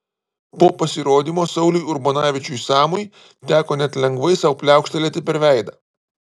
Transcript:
po pasirodymo sauliui urbonavičiui samui teko net lengvai sau pliaukštelėti per veidą